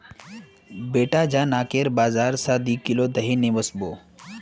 बेटा जा नाकेर बाजार स दी किलो दही ने वसबो